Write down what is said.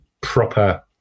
proper